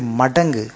madang